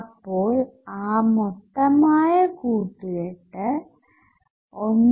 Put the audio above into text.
അപ്പോൾ ആ മൊത്തമായ കൂട്ടുകെട്ട് 1